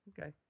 Okay